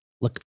look